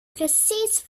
precis